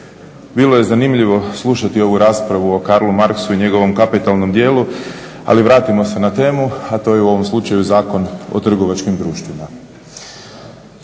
Bilo je zanimljivo slušati ovu raspravu o Karlu Marxu i njegovom kapitalnom dijelu, ali vratimo se na temu, a to je u ovom slučaju Zakon o trgovačkim društvima.